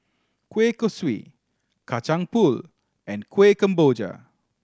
kueh kosui Kacang Pool and Kuih Kemboja